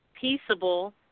peaceable